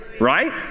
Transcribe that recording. Right